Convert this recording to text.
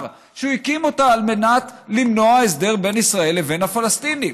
שהוא הקים אותה על מנת למנוע הסדר בין ישראל לבין הפלסטינים.